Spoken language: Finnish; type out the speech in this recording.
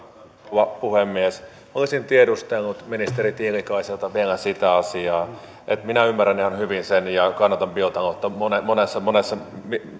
rouva puhemies olisin tiedustellut ministeri tiilikaiselta vielä yhtä asiaa minä ymmärrän ihan hyvin sen ja kannatan biotaloutta monessa monessa